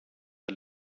der